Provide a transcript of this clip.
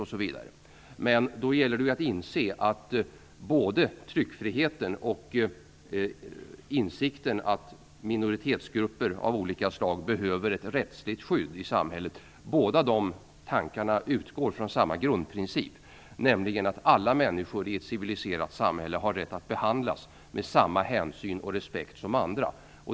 Då gäller det att inse att både tryckfriheten och insikten att minoritetsgrupper av olika slag behöver ett rättsligt skydd i samhället utgår från samma grundprincip, nämligen att alla människor i ett civiliserat samhälle har rätt att bli behandlade med samma hänsyn och respekt som andra.